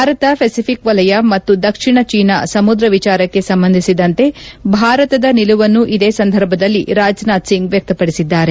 Bharat pacific ವಲಯ ಮತ್ತು ದಕ್ಷಿಣ ಚೀನಾ ಸಮುದ್ರ ವಿಚಾರಕ್ಕೆ ಸಂಬಂಧಿಸಿದಂತೆ ಭಾರತದ ನಿಲುವನ್ನು ಇದೇ ಸಂದರ್ಭದಲ್ಲಿ ರಾಜನಾಥ್ ಸಿಂಗ್ ವ್ಯಕ್ತಪಡಿಸಿದ್ದಾರೆ